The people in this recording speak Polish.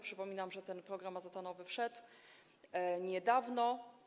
Przypominam, że ten program azotanowy wszedł niedawno.